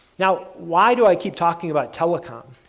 now, why do i keep talking about telecom?